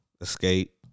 Escape